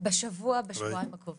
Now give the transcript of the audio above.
בשבוע-שבועיים הקרובים.